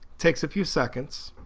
takes a few seconds